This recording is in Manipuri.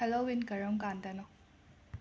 ꯍꯦꯂꯣꯋꯤꯟ ꯀꯔꯝꯕ ꯀꯥꯟꯗꯅꯣ